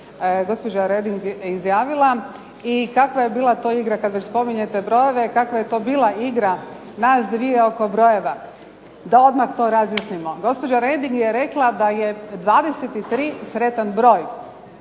gospođa Reding izjavila, i kakva je bila to igra, kad već spominjete brojeve, kakva je to bila igra nas dvije oko brojeva. Da odmah to razjasnimo. Gospođa Reding je rekla da je 23 sretan broj